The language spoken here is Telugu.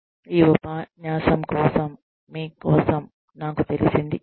ఈ ఉపన్యాసం కోసం మీ కోసం నాకు తెలిసింది ఇది